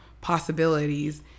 possibilities